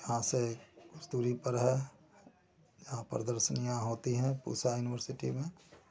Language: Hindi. यहाँ से कुछ दूरी पर है यहाँ प्रदर्शनियाँ होती हैं पूसा इनवर्सिटी में